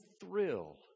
thrill